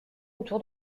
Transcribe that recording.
autour